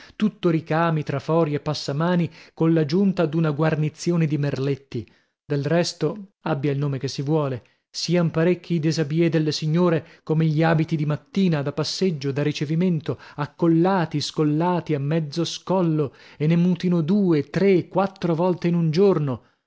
tutto ricami trafori e passamani colla giunta d'una guarnizione di merletti del resto abbia il nome che si vuole sian parecchi i déshabillés delle signore come gli abiti di mattina da passeggio da ricevimento accollati scollati a mezzo scollo e ne mutino due tre quattro volte in un giorno